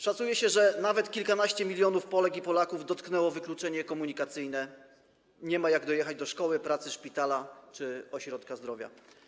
Szacuje się, że nawet kilkanaście milionów Polek i Polaków dotknęło wykluczenie komunikacyjne, nie mają jak dojechać do szkoły, pracy, szpitala czy ośrodka zdrowia.